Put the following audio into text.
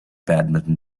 badminton